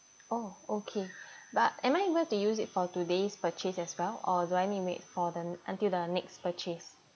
oh okay but am I going to use it for today's purchase as well or do I need to wait for the until the next purchase